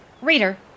Reader